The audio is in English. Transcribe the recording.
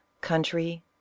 country